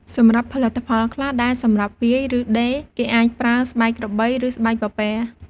សម្រាប់ផលិតផលខ្លះដែលសម្រាប់វាយ ឬដេរ គេអាចប្រើស្បែកក្របី ឬស្បែកពពែ។